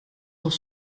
dans